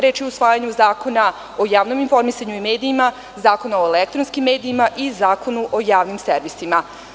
Reč je o usvajanju Zakona o javnom informisanju i medijima, Zakona o elektronskim medijima i Zakonu o javnim servisima.